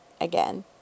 again